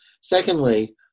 Secondly